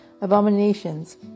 abominations